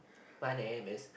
my name is